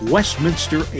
Westminster